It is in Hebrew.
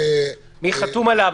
מי חתום עליו?